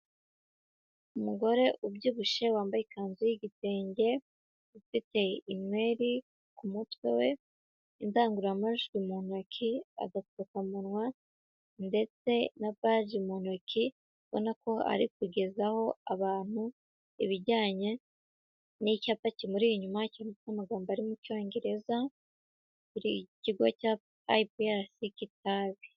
Umugore ubyibushye wambaye ikanzu y'igitenge ufite inweri ku mutwe we, indangururamajwi mu ntoki, agapfukamunwa, ndetse na baji mu ntoki, ubona ko ari kugezaho abantu ibijyanye n'icyapa kimuri inyuma, cyanditseho amagambo ari mu cyongereza ku kigo cya IPRC Kitabi.